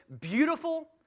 beautiful